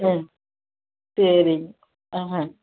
ம் சரிங் ஆஹான்